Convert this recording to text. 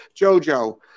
Jojo